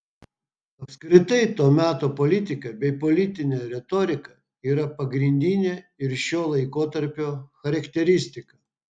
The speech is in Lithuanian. apskritai to meto politika bei politinė retorika yra pagrindinė ir šio laikotarpio charakteristika